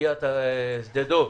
בסוגית שדה דב.